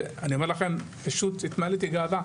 אני אומר לכם: פשוט התמלאתי גאווה.